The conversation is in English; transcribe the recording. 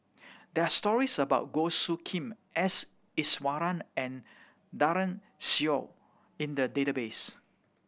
there're stories about Goh Soo Khim S Iswaran and Daren Shiau in the database